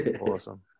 Awesome